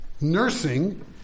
nursing